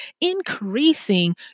increasing